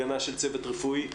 הגנה של צוות רפואי,